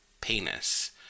penis